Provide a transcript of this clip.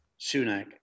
Sunak